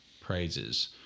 praises